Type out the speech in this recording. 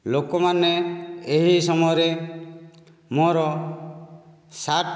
ଲୋକମାନେ ଏହି ସମୟରେ ମୋର ସାର୍ଟ